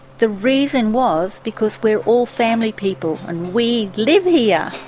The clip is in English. the reason was because we're all family people and we live here! yeah